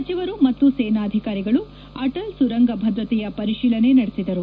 ಸಚಿವರು ಮತ್ತು ಸೇನಾಧಿಕಾರಿಗಳು ಆಟಲ್ ಸುರಂಗ ಭದ್ರತೆಯ ಪರಿಶೀಲನೆ ನಡೆಸಿದರು